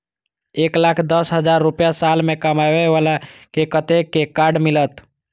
एक लाख दस हजार रुपया साल में कमाबै बाला के कतेक के कार्ड मिलत?